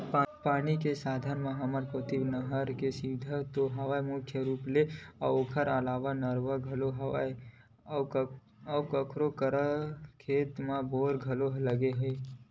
पानी के साधन म हमर कोती बर नहर के सुबिधा तो हवय मुख्य रुप ले ओखर अलावा नरूवा घलोक हे अउ कखरो कखरो खेत म बोर घलोक लगे हे